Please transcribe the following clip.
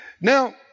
Now